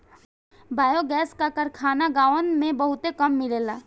biogas क कारखाना गांवन में बहुते कम मिलेला